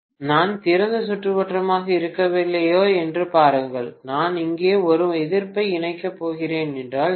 நான் திறந்த சுற்றுவட்டமாக இருக்கவில்லையா என்று பாருங்கள் நான் இங்கே ஒரு எதிர்ப்பை இணைக்கப் போகிறேன் என்றால் சரி